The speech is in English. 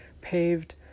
paved